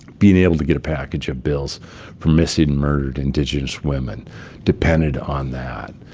being able to get a package of bills from missing and murdered indigenous women depended on that.